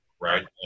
right